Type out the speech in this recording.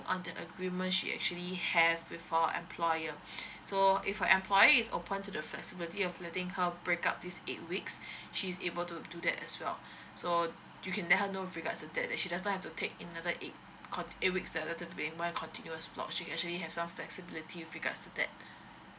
on the agreement she actually have before employment so if the employer is open to the flexibility of letting her break up this eight weeks she's able to do that as well so you can let her know regards the date that she just don't have to take in another eight con~ eight weeks uh within one continuous block she actually have some flexibility regards to that